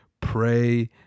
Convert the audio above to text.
pray